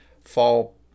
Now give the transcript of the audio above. Fall